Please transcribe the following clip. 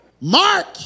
Mark